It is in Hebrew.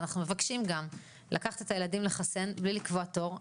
ואנחנו מבקשים גם לקחת את הילדים ולחסן בלי לקבוע תור.